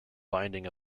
binding